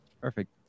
Perfect